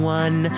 one